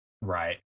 Right